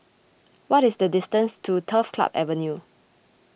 what is the distance to Turf Club Avenue